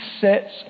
sets